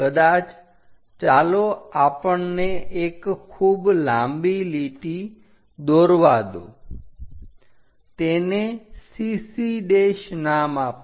કદાચ ચાલો આપણને એક ખૂબ લાંબી લીટી દોરવા દો તેને CC નામ આપો